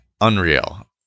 Unreal